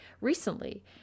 recently